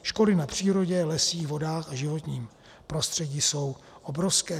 Škody na přírodě, lesích, vodách a životním prostředí jsou obrovské.